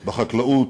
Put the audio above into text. בחקלאות,